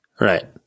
Right